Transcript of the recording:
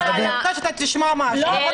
--- אני רוצה שאתה תשמע משהו.